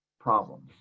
problems